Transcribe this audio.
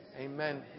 Amen